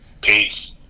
Peace